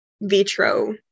vitro